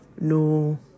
No